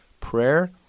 prayer